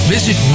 Visit